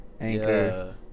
anchor